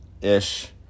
Ish